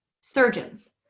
surgeons